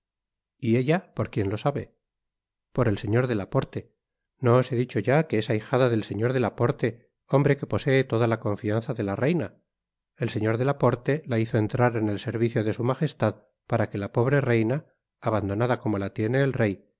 y ella por quién lo sabe por el señor de aporte no os he dicho ya que es ahijada del señor de laporte hombre que posee toda la confianza de la reina el señor de laporte la hizo entrar en el servicio de su magestad para que la pobre reina abandonada como la tiene el rey